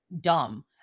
dumb